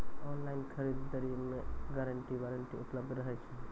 Online खरीद दरी मे गारंटी वारंटी उपलब्ध रहे छै?